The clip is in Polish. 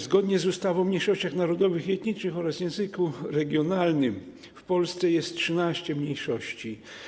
Zgodnie z ustawą o mniejszościach narodowych i etnicznych oraz języku regionalnym w Polsce jest 13 mniejszości.